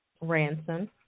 Ransom